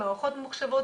מערכות ממוחשבות.